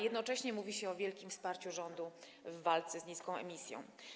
Jednocześnie mówi się o wielkim wsparciu rządu w walce z niską emisją.